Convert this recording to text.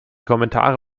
kommentare